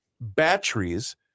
batteries